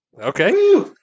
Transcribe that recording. Okay